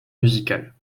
musicale